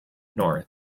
north